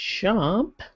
jump